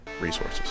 resources